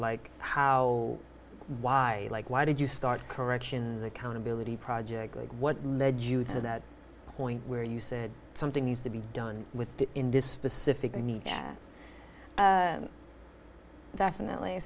like how why like why did you start corrections accountability project like what led you to that point where you said something needs to be done with that in this specific needs definitely